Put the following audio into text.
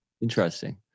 Interesting